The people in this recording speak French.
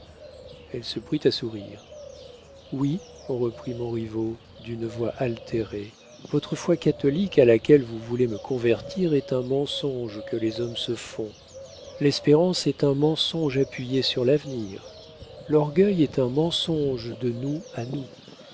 elle se prit à sourire oui reprit montriveau d'une voix altérée votre foi catholique à laquelle vous voulez me convertir est un mensonge que les hommes se font l'espérance est un mensonge appuyé sur l'avenir l'orgueil est un mensonge de nous à nous